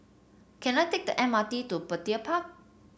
can I take the M R T to Petir Park